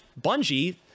Bungie